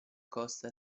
costa